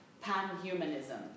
pan-humanism